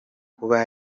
kuba